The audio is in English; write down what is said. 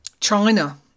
China